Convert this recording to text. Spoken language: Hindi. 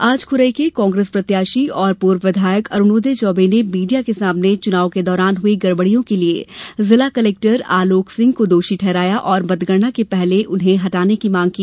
आज खुरई के कांग्रेस प्रत्याशी और पूर्व विधायक अरूणोदय चौबे ने मीडिया के सामने चुनाव के दौरान हुई गड़बड़ियों के लिए जिला कलेक्टर आलोक सिंह को दोषी ठहराया और मतगणना के पहले उन्हें हटाने की मांग की